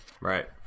Right